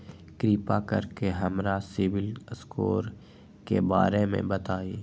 कृपा कर के हमरा सिबिल स्कोर के बारे में बताई?